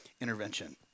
intervention